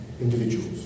individuals